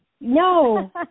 No